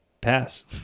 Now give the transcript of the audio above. pass